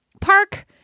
park